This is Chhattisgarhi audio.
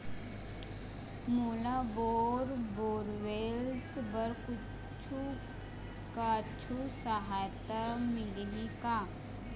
मोला बोर बोरवेल्स बर कुछू कछु सहायता मिलही का?